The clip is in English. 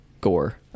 gore